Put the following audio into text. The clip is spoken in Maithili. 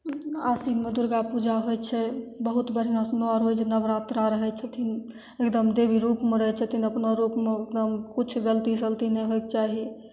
आसीनमे दुर्गा पूजा होइ छै बहुत बढ़िआँसँ नओ रोज नवरात्रा रहय छथिन एकदम देवी रूपमे रहय छथिन अपना रूपमे एकदम किछु गलती सलती नहि होइके चाही